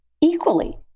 equally